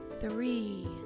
three